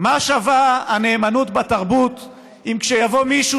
מה שווה הנאמנות בתרבות אם כשיבוא מישהו